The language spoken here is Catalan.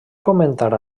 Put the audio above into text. comentar